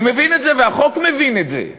אני מבין את זה והחוק מבין את זה.